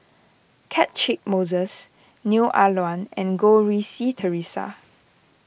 Catchick Moses Neo Ah Luan and Goh Rui Si theresa